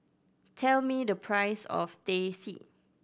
tell me the price of Teh C